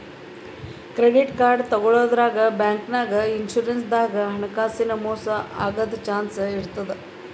credit card ತಗೋಳಾದ್ರಾಗ್, ಬ್ಯಾಂಕ್ನಾಗ್, insurance ದಾಗ್ ಹಣಕಾಸಿನ್ ಮೋಸ್ ಆಗದ್ ಚಾನ್ಸ್ ಇರ್ತದ್